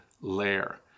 layer